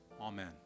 Amen